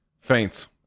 Faints